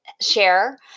share